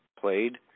played